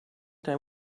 time